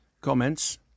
comments